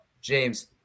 James